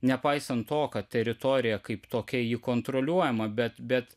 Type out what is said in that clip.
nepaisant to kad teritorija kaip tokia ji kontroliuojama bet bet